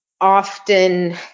often